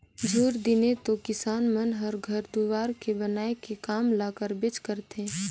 झूर दिने तो किसान मन हर घर दुवार के बनाए के काम ल करबेच करथे